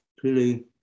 clearly